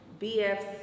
bf's